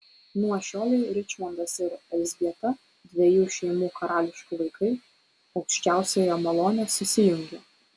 nuo šiolei ričmondas ir elzbieta dviejų šeimų karališkų vaikai aukščiausiojo malone susijungia